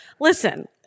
listen